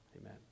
amen